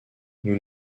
nous